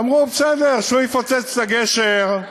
אמרו: בסדר, שהוא יפוצץ את הגשר.